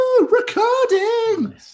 Recording